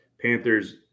Panthers